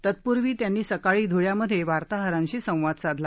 तत्पूर्वी त्यांनी सकाळी ध्ळ्यामधे वार्ताहरांशी संवाद साधला